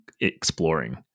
exploring